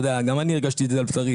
גם אני הרגשתי את זה על בשרי,